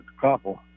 couple